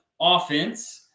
offense